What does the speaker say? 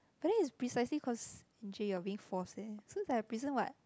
but then is precisely cause N_J you're being forced eh so it's like a prison one